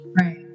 Right